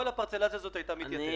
כל הפרצלציה הזאת הייתה מתייתרת.